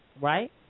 Right